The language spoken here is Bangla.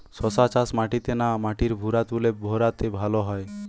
শশা চাষ মাটিতে না মাটির ভুরাতুলে ভেরাতে ভালো হয়?